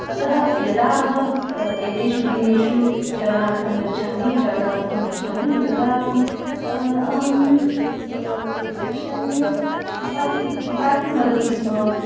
अतः यदा अहम् एतेषु दिनेषु चरणार्थं गच्छामि चरणार्थं गच्छामि तदा अहं पश्यामि यत् पिता किं पिता किं वदति स्म